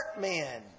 men